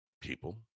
people